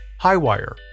highwire